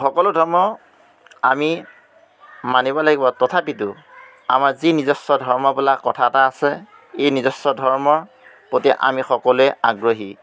সকলো ধৰ্ম আমি মানিব লাগিব তথাপিতো আমাৰ যি নিজস্ব ধৰ্ম বোলা কথা এটা আছে এই নিজস্ব ধৰ্মৰ প্ৰতি আমি সকলোৱে আগ্ৰহী